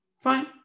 Fine